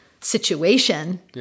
situation